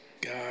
God